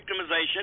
victimization